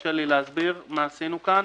יורשה לי להסביר מה עשינו כאן.